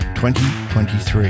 2023